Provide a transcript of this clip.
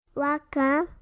Welcome